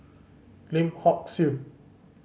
Lim Hock Siew